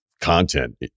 content